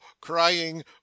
crying